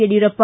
Yediyurappa